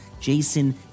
Jason